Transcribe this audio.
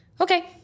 Okay